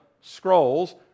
scrolls